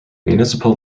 municipal